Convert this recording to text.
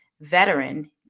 veteran